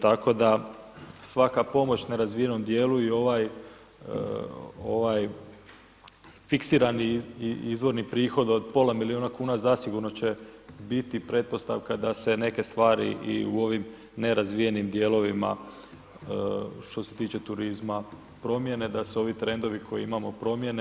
Tako da svaka pomoć nerazvijenom dijelu i ovaj fiksirani izvorni prihod od pola milijuna kuna zasigurno će biti pretpostavka da se neke stvari i u ovim nerazvijenim dijelovima što se tiče turizma promijene, da se ovi trendovi koje imamo promijene.